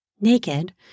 Naked